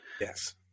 Yes